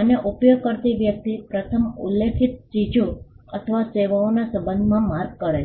અને ઉપયોગ કરતી વ્યક્તિ પ્રથમ ઉલ્લેખિત ચીજો અથવા સેવાઓના સંબંધમાં માર્ક કરે છે